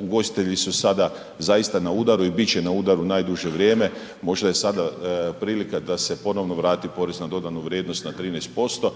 ugostitelji su sada zaista na udaru i bit će na udaru najduže vrijeme, možda je sada prilika da se ponovno vrati porez na dodanu vrijednost na 13%